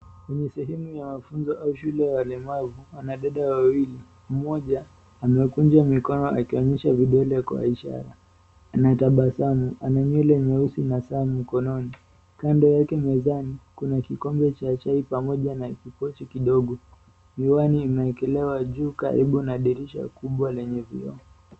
Ni sehemu ya mafunzo au shule ya walemavu ana dada wawili, moja amekuja mikono akionyesha vidole kwa ishara. Anaitabasamu, ana nywele nyeusi na saa mkononi. Kando yake mezani kuna kikombe cha chai pamoja na kipochi kidogo, miwani imeekelewa juu karibu na dirisha kubwa lenye vioo.